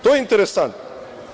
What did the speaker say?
To je interesantno.